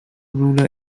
rural